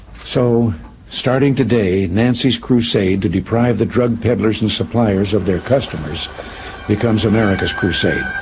so starting today, nancy's crusade to deprive the drug peddlers and suppliers of their customers becomes america's crusade.